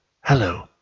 Hello